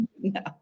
no